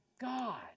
God